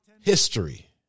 history